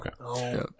okay